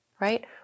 right